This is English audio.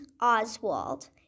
Oswald